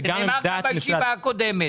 זה נאמר גם בישיבה הקודמת.